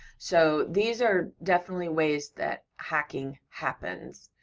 so, these are definitely ways that hacking happens.